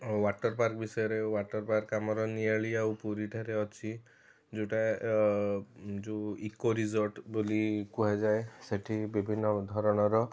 water park ବିଷୟରେ water park ଆମର ନିଆଳି ଆଉ ପୁରୀଠାରେ ଅଛି ଯେଉଁଟା ଯେଉଁ ଇକୋରିଜର୍ଟ ବୋଲି କୁହାଯାଏ ସେଠି ବିଭିନ୍ନ ଧରଣର